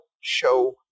show